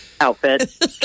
outfit